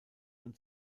und